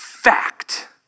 fact